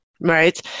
Right